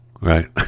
right